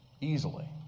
easily